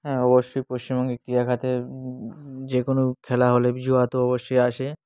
হ্যাঁ অবশ্যই পশ্চিমবঙ্গে ক্রীড়া খাতে যে কোনো খেলা হলে জুয়া তো অবশ্যই আসে